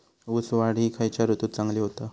ऊस वाढ ही खयच्या ऋतूत चांगली होता?